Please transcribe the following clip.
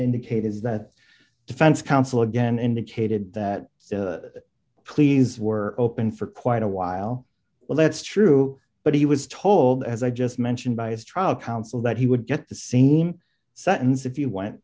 indicated that defense counsel again indicated that please were open for quite a while well that's true but he was told as i just mentioned by his trial counsel that he would get the same sentence if you went